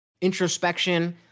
introspection